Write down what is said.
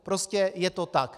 Prostě je to tak.